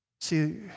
See